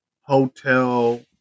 hotel